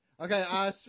Okay